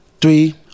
three